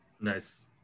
Nice